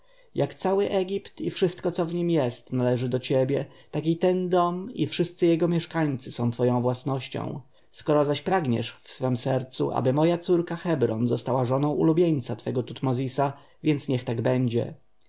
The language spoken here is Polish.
jak cały egipt i wszystko co w nim jest należy do ciebie tak ten dom i wszyscy jego mieszkańcy są twoją własnością skoro zaś pragniesz w swem sercu aby moja córka hebron została żoną ulubieńca twego tutmozisa więc niech tak będzie